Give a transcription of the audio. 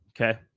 Okay